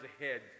ahead